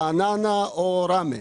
רעננה או רמלה,